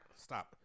stop